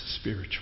spiritual